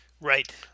Right